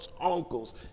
uncles